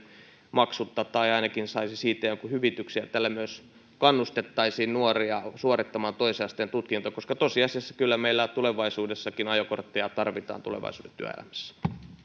maksutta tai ainakin saisi siitä jonkun hyvityksen tällä myös kannustettaisiin nuoria suorittamaan toisen asteen tutkinto koska tosiasiassa kyllä meillä tulevaisuudessakin ajokortteja tarvitaan tulevaisuuden työelämässä